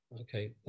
Okay